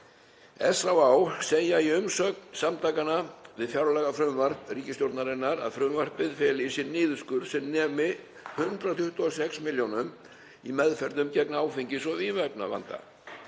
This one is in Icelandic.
SÁÁ segja í umsögn sinni við fjárlagafrumvarp ríkisstjórnarinnar að frumvarpið feli í sér niðurskurð sem nemi 126 milljónum í meðferðum gegn áfengis- og vímuefnavanda.